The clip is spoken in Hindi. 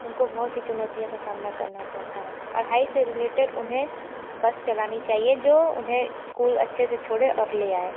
उनको बहुत ही चुनौतियों का सामना करना पड़ता है पढ़ाई से रिलेटेड उन्हें बस चलानी चाहिए जो उन्हें स्कूल अच्छे से छोड़े और ले आए